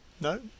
No